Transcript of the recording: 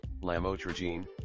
lamotrigine